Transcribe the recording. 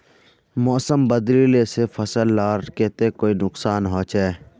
मौसम बदलिले से फसल लार केते कोई नुकसान होचए?